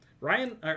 Ryan